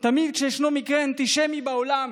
תמיד כשישנו מקרה אנטישמי בעולם